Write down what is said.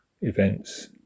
events